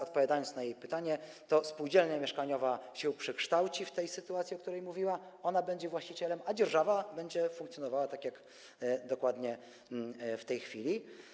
Odpowiadam na jej pytanie: to spółdzielnia mieszkaniowa się przekształci w tej sytuacji, o której pani mówiła, ona będzie właścicielem, a dzierżawa będzie funkcjonowała dokładnie tak jak w tej chwili.